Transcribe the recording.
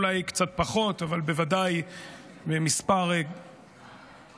אולי קצת פחות, אבל בוודאי מספר ניכר